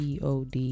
pod